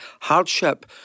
hardship